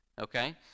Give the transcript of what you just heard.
okay